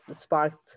sparked